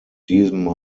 diesem